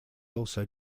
also